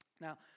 Now